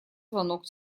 звонок